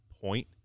point